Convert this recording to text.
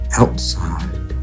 outside